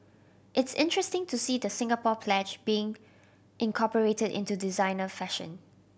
it's interesting to see the Singapore Pledge being incorporated into designer fashion